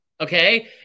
Okay